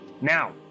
now